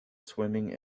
swimming